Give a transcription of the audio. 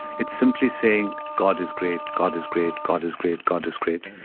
it's simply saying, god is great. god is great. god is great. god is great.